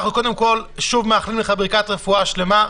אנחנו קודם כול שוב מאחלים לך ברכת רפואה שלמה.